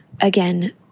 Again